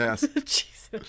Jesus